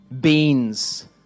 beans